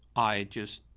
i just,